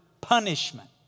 punishment